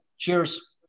Cheers